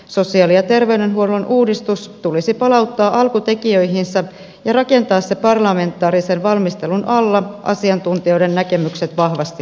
sosiaali ja terveydenhuollon uudistus tulisi palauttaa alkutekijöihinsä ja rakentaa parlamentaarisen valmistelun alla asiantuntijoiden näkemykset vahvasti huomioiden